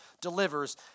delivers